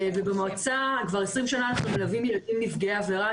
במועצה כבר 20 שנה אנחנו מלווים ילדים נפגעי עבירה,